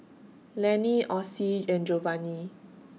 Lenny Ossie and Jovanni